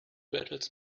battles